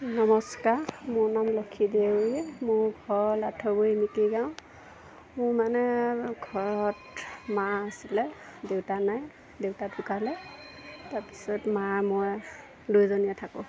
নমস্কাৰ মোৰ নাম লক্ষী ডেউৰী মো ঘৰ লাঠগুৰি মিকিৰ গাঁও মোৰ মানে ঘৰত মা আছিলে দেউতা নাই দেউতা ঢুকালে তাৰ পিছত মা মই দুই জনীয়ে থাকোঁ